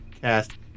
cast